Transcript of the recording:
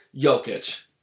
Jokic